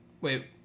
Wait